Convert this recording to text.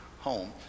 home